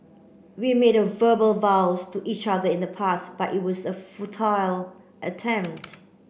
we made a verbal vows to each other in the past but it was a futile attempt